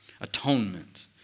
atonement